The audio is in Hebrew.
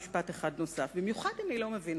לסיום משפט נוסף: אני במיוחד לא מבינה